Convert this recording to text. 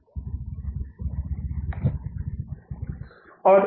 लेकिन अगर खर्च आय से अधिक है तो इसका मतलब है कि डेबिट पक्ष क्रेडिट पक्ष से बड़ा है